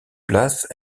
place